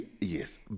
yes